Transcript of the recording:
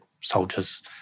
soldiers